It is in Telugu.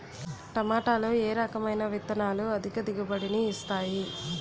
టమాటాలో ఏ రకమైన విత్తనాలు అధిక దిగుబడిని ఇస్తాయి